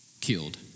killed